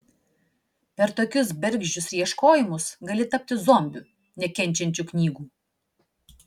per tokius bergždžius ieškojimus gali tapti zombiu nekenčiančiu knygų